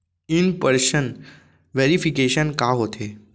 In person verification का होथे?